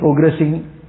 progressing